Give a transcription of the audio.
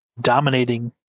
dominating